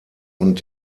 und